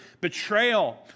betrayal